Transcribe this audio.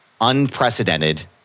unprecedented